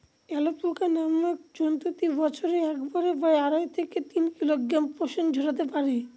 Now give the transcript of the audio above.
alpaca নামক জন্তুটি বছরে একবারে প্রায় আড়াই থেকে তিন কিলোগ্রাম পশম ঝোরাতে পারে